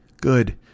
good